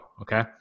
okay